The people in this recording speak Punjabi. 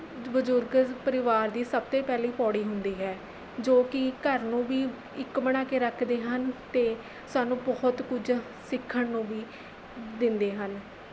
ਬਜ਼ੁਰਗ ਪਰਿਵਾਰ ਦੀ ਸਭ ਤੋਂ ਪਹਿਲੀ ਪੌੜੀ ਹੁੰਦੀ ਹੈ ਜੋ ਕਿ ਘਰ ਨੂੰ ਵੀ ਇੱਕ ਬਣਾ ਕੇ ਰੱਖਦੇ ਹਨ ਅਤੇ ਸਾਨੂੰ ਬਹੁਤ ਕੁਝ ਸਿੱਖਣ ਨੂੰ ਵੀ ਦਿੰਦੇ ਹਨ